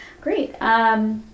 Great